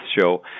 show